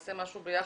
שנעשה משהו ביחד,